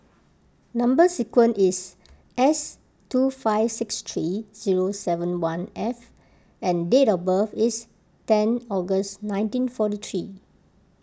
Number Sequence is S two five six three zero seven one F and date of birth is ten August nineteen forty three